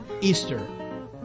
Easter